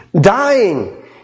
dying